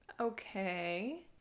Okay